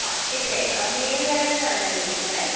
ആ ഇതെ മേല്കരേന്നാണ് വിളിക്കുന്നത്